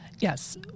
Yes